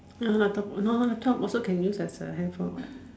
now laptop now laptop also can use as a handphone what